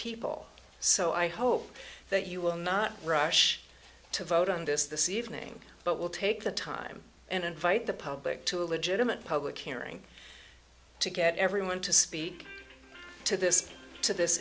people so i hope that you will not rush to vote on this the c evening but will take the time and invite the public to a legitimate public hearing to get everyone to speak to this to this